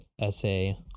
essay